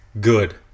good